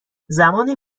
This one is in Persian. زمان